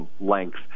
length